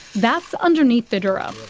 that's underneath the dura.